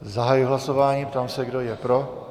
Zahajuji hlasování a ptám se, kdo je pro.